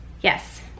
yes